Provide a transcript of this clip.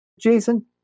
Jason